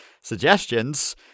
suggestions